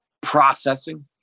processing